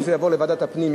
שזה יעבור לוועדת הפנים,